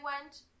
went